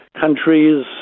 countries